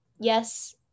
yes